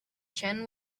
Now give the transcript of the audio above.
chen